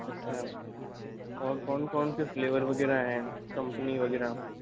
अच्छा और कौन कौन से फ्लेवर वग़ैरह हैं कम्पनी वग़ैरह